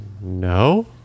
no